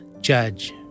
judge